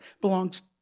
belongs